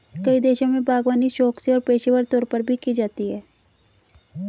कई देशों में बागवानी शौक से और पेशेवर तौर पर भी की जाती है